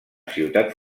ciutat